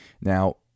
Now